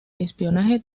espionaje